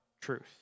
truth